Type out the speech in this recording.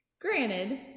Granted